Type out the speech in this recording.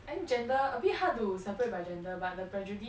I think gender a bit hard to separate by gender but the prejudice thing is very strong